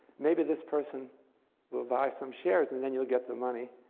maybe this person will buy some shares, and then you'll get the money.